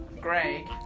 Greg